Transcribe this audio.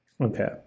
Okay